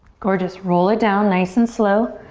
gorgeous, roll it down nice and slow.